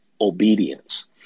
obedience